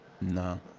No